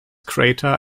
crater